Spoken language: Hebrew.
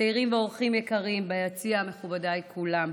צעירים ואורחים יקרים ביציע, מכובדיי כולם,